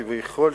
כביכול,